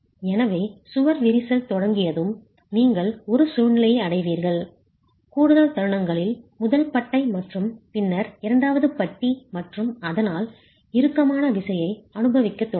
எனவே சுவர் விரிசல் தொடங்கியதும் நீங்கள் ஒரு சூழ்நிலையை அடைவீர்கள் கூடுதல் தருணங்களில் முதல் பட்டை மற்றும் பின்னர் இரண்டாவது பட்டி மற்றும் அதனால் இறுக்கமான விசையை அனுபவிக்கத் தொடங்கும்